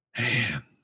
Man